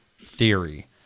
theory